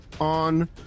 on